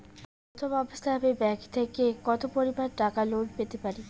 প্রথম অবস্থায় আমি ব্যাংক থেকে কত পরিমান টাকা লোন পেতে পারি?